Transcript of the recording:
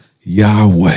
Yahweh